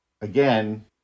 Again